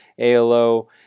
ALO